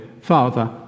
Father